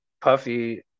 Puffy